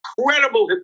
incredible